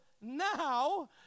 Now